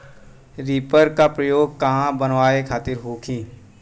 Reaper का प्रयोग का बनावे खातिन होखि?